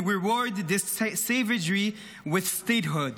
reward this savagery with statehood?